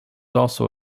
also